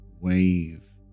Wave